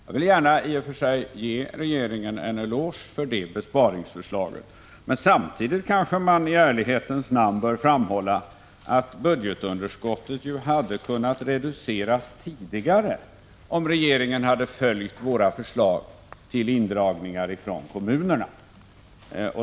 Jag vill gärna i och för sig ge regeringen en eloge för det besparingsförslaget, men samtidigt bör man kanske i ärlighetens namn framhålla att budgetunderskottet hade kunnat reduceras tidigare, om regeringen hade följt våra förslag till indragningar från kommunerna.